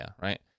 right